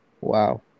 Wow